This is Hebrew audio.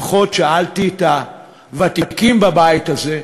לפחות שאלתי את הוותיקים בבית הזה,